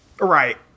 Right